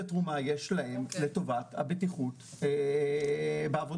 תרומה יש להם לטובת הבטיחות בעבודה.